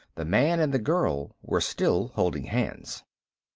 the man and the girl were still holding hands.